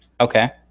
Okay